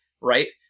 right